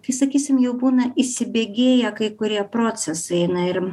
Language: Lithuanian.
kai sakysim jau būna įsibėgėję kai kurie procesai na ir